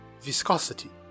viscosity